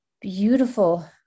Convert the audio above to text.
beautiful